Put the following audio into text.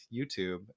YouTube